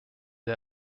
der